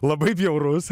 labai bjaurus